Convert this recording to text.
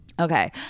okay